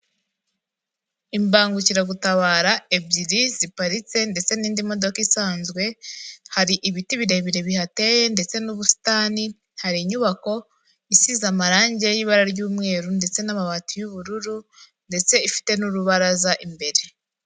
Imbangukiragutabara ebyiri ziparitse ndetse n'indi modoka isanzwe, hari ibiti birebire bihateye ndetse n'ubusitani, hari inyubako isize amarangi y'ibara ry'umweru ndetse n'amabati y'ubururu ndetse ifite n'urubaraza imbere.